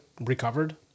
recovered